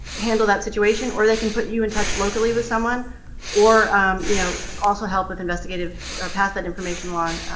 handle that situation, or they can put you in touch locally with someone or you know also help with investigative or pass that information along